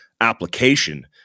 application